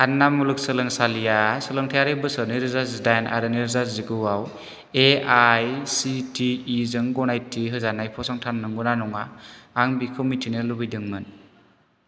आन्ना मुलुगसोलोंसालिआ सोलोंथायारि बोसोर नैरोजा जिदाइन आरो नैरोजा जिगुआव A I C T E जों गनायथि होजानाय फसंथान नंगौना नङा आं बेखौ मिथिनो लुबैदोंमोन